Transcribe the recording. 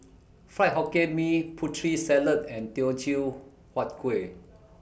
Fried Hokkien Mee Putri Salad and Teochew Huat Kuih